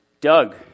Doug